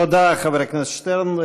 תודה לחבר הכנסת שטרן.